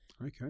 Okay